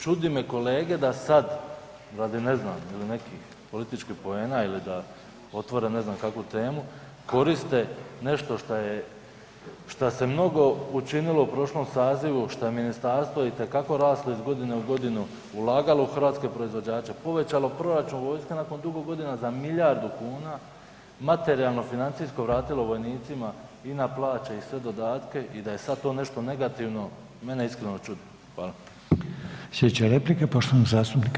Čudi me kolege da sad, radi ne znam ili nekih političkih poena ili da otvore ne znam kakvu temu, koriste nešto što, što se mnogo učinilo u prošlom sazivu što je ministarstvo itekako raslo iz godine u godinu, ulagalo u hrvatske proizvođače, povećalo vojske nakon dugo godina za milijardu kuna, materijalno, financijsko vratila vojnicima i na plaće i sve dodatke i da je sad t o nešto negativno, mene iskreno čudi.